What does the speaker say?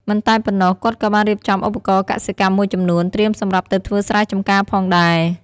មិនតែប៉ុណ្ណោះ គាត់ក៏បានរៀបចំឧបករណ៍កសិកម្មមួយចំនួន ត្រៀមសម្រាប់ទៅធ្វើស្រែចម្ការផងដែរ។